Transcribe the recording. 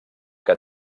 que